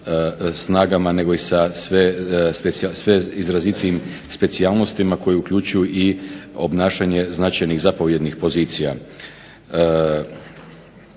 snagama nego i sa sve izrazitijim specijalnostima koji uključuju i obnašanje značajnih zapovjednih pozicija.